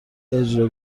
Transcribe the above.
اجرا